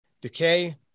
Decay